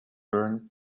burned